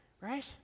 right